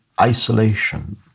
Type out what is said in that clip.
isolation